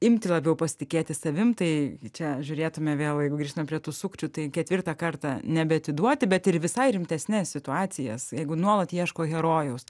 imti labiau pasitikėti savim tai čia žiūrėtume vėl jeigu grįžtume prie tų sukčių tai ketvirtą kartą nebe atiduoti bet ir visai rimtesnes situacijas jeigu nuolat ieško herojaus